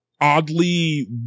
oddly